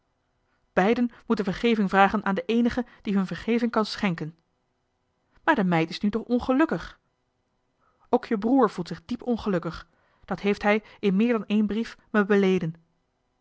beiden moeten vergeving vragen aan den eenige die hun vergeving kan schenken maar de meid is nu toch ongelukkig ook je broer voelt zich diep ongelukkig dat heeft hij in meer dan één brief me beleden